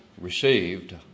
received